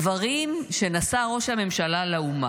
דברים שנשא ראש הממשלה לאומה.